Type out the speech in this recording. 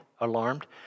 alarmed